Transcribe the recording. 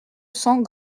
cents